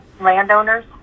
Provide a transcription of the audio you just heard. landowners